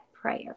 prayer